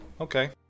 Okay